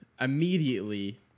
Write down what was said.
immediately